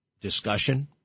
discussion